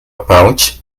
pouch